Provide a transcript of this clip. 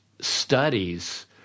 studies